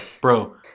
Bro